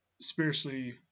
spiritually